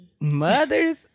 Mother's